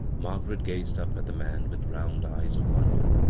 margaret gazed up at the man with round eyes of wonder.